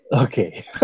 Okay